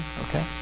okay